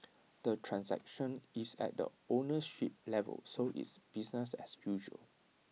the transaction is at the ownership level so it's business as usual